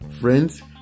Friends